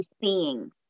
seeing